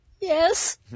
Yes